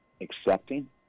accepting